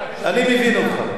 אני מבין אותך,